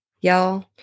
Y'all